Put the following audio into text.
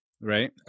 right